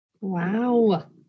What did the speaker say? Wow